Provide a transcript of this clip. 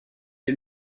est